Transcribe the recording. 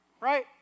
Right